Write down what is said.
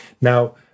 Now